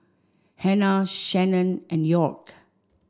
Hannah Shannen and York